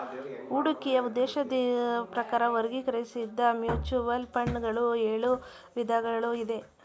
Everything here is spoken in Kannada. ಹೂಡಿಕೆಯ ಉದ್ದೇಶದ ಪ್ರಕಾರ ವರ್ಗೀಕರಿಸಿದ್ದ ಮ್ಯೂಚುವಲ್ ಫಂಡ್ ಗಳು ಎಳು ವಿಧಗಳು ಇದೆ